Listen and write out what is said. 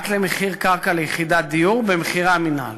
רק למחיר קרקע ליחידת דיור במחירי המינהל,